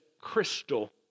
crystal